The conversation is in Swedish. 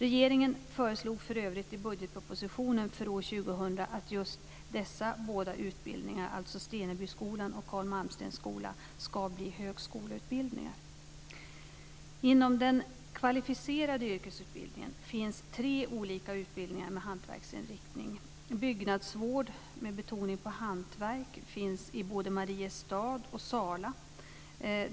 Regeringen föreslog för övrigt i budgetpropositionen för år 2000 att dessa båda utbildningar - dvs. Stenebyskolan och Carl Malmstens skola - ska bli högskoleutbildningar. Inom den kvalificerade yrkesutbildningen finns tre olika utbildningar med hantverksinriktning. Byggnadsvård med betoning på hantverk finns i både Mariestad och Sala.